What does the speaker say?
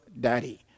daddy